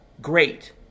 great